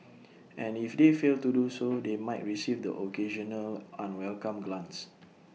and if they fail to do so they might receive the occasional unwelcome glance